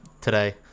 today